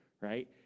right